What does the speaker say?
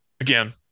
again